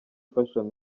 fashion